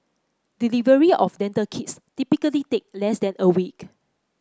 delivery of dental kits typically take less than a week